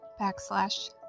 backslash